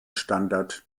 standard